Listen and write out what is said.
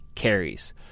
carries